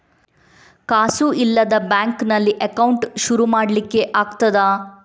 ಕಾಸು ಇಲ್ಲದ ಬ್ಯಾಂಕ್ ನಲ್ಲಿ ಅಕೌಂಟ್ ಶುರು ಮಾಡ್ಲಿಕ್ಕೆ ಆಗ್ತದಾ?